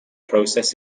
process